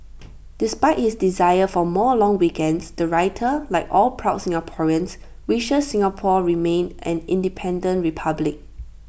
despite his desire for more long weekends the writer like all proud Singaporeans wishes Singapore remains an independent republic